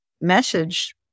message